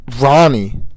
Ronnie